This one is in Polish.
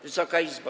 Wysoka Izbo!